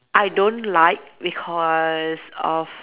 I don't like because of